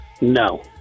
No